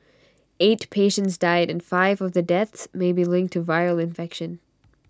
eight patients died and five of the deaths may be linked to viral infection